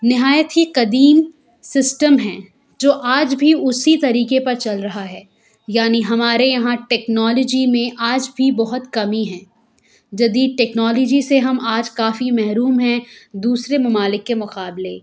نہایت ہی قدیم سسٹم ہے جو آج بھی اسی طریقے پر چل رہا ہے یعنی ہمارے یہاں ٹیکنالوجی میں آج بھی بہت کمی ہے جدید ٹیکنالوجی سے ہم آج کافی محروم ہیں دوسرے ممالک کے مقابلے